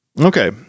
Okay